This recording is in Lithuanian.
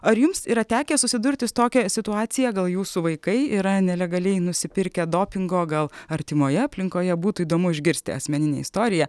ar jums yra tekę susidurti su tokia situacija gal jūsų vaikai yra nelegaliai nusipirkę dopingo gal artimoje aplinkoje būtų įdomu išgirsti asmeninę istoriją